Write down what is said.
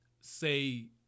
say